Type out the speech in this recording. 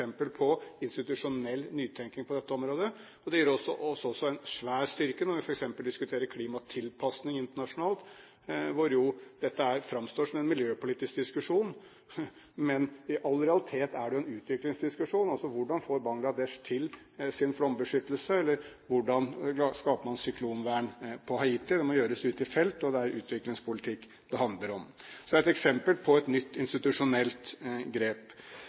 eksempel på institusjonell nytenkning på dette området. Det gir oss også en stor styrke når vi f.eks. diskuterer klimatilpasning internasjonalt, hvor dette jo framstår som en miljøpolitisk diskusjon, men i all realitet er det en utviklingsdiskusjon, altså hvordan får Bangladesh til sin flombeskyttelse, eller hvordan skaper man syklonvern på Haiti? Det må gjøres ute i felt, og det er utviklingspolitikk det handler om. Så det er et eksempel på et nytt institusjonelt grep.